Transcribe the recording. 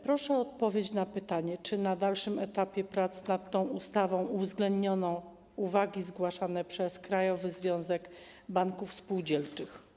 Proszę o odpowiedź na pytanie: Czy na dalszym etapie prac nad tą ustawą uwzględniono uwagi zgłaszane przez Krajowy Związek Banków Spółdzielczych?